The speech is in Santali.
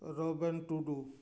ᱨᱚᱵᱮᱱ ᱴᱩᱰᱩ